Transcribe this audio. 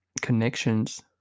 connections